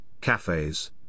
cafes